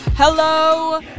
Hello